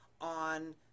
on